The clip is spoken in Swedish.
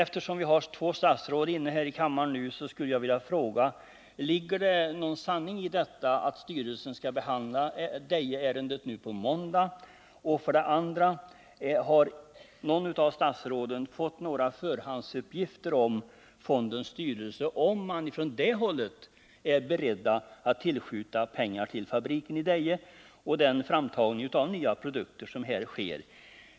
Eftersom vi har två statsråd i kammaren nu skulle jag för det första vilja fråga: Ligger det någon sanning i detta att styrelsen skall behandla Dejeärendet nu på måndag? För det andra: Har någon av statsråden fått några förhandsuppgifter från fondens styrelse, om man från det hållet är beredd att tillskjuta pengar till fabriken i Deje för den framtagning av nya produkter som där sker?